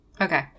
Okay